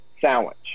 sandwich